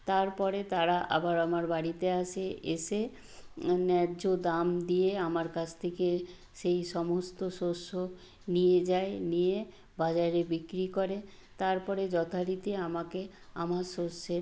তারপরে তারা আবার আমার বাড়িতে আসে এসে ন্যায্য দাম দিয়ে আমার কাছ থেকে সেই সমস্ত শস্য নিয়ে যায় নিয়ে বাজারে বিক্রি করে তারপরে যথারীতি আমাকে আমার শস্যের